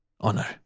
honor